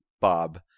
Bob